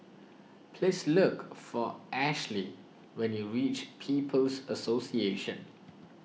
please look for Ashly when you reach People's Association